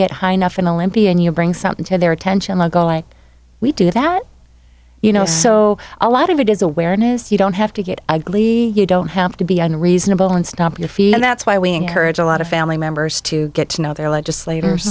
get high enough and olympian you bring something to their attention like go like we do that you know so a lot of it is awareness you don't have to get ugly you don't have to be unreasonable and stomp your feet and that's why we encourage a lot of family members to get to know their legislators